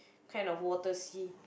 kind of water sea